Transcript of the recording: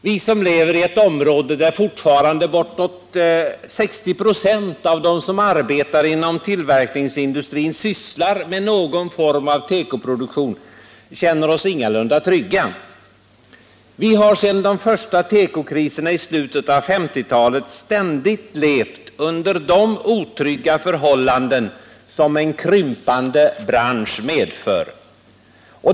Vi som lever i ett område där fortfarande bortåt 60 96 av dem som arbetar inom tillverkningsindustrin sysslar med någon form av tekoproduktion känner oss ingalunda trygga. Vi har sedan de första tekokriserna i slutet av 1950-talet levt under de otrygga förhållanden som en krympande bransch medför.